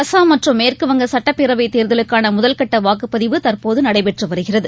அசாம் மற்றும் மேற்குவங்க சுட்டப் பேரவைத் தேர்தலுக்கானமுதல் கட்டவாக்குப் பதிவு தற்போதுநடைபெற்றுவருகிறது